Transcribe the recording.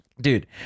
Dude